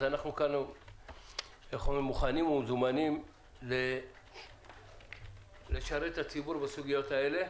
אנחנו כאן מוכנים ומזומנים לשרת את הציבור בסוגיות האלה.